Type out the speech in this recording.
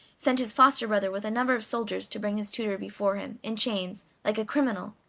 sent his foster-brother with a number of soldiers to bring his tutor before him, in chains, like a criminal.